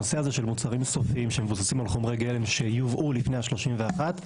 הנושא הזה של מוצרים סופיים שמבוססים על חומרי גלם שיובאו לפני ה-31,